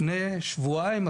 לפני שבועיים,